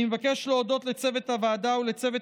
אני מבקש להודות לצוות הוועדה ולצוות